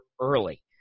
early